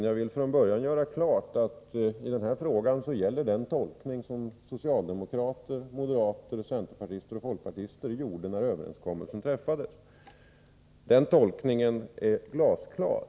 Jag vill från början göra klart att den tolkning som socialdemokrater, moderater, centerpartister och folkpartister gjorde när överenskommelsen träffades är den som gäller i den här frågan. Den tolkningen är glasklar.